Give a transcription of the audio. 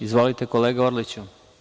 Izvolite kolega Orliću.